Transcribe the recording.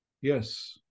Yes